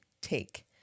take